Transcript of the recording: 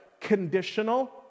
Conditional